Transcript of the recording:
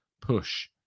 push